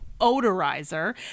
odorizer